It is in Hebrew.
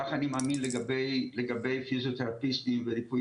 כך אני מאמין לגבי פיזיותרפיסטים וריפוי